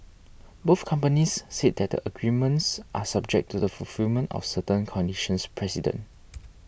both companies said that the agreements are subject to the fulfilment of certain conditions precedent